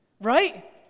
right